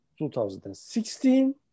2016